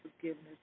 forgiveness